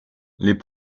les